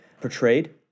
portrayed